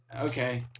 Okay